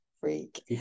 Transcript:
freak